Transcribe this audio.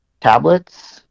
tablets